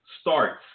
starts